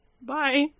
Bye